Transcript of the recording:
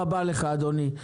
תודה רבה לך, אדוני.